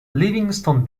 livingston